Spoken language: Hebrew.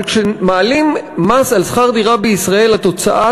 אבל כשמעלים מס על שכר דירה בישראל התוצאה